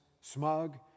smug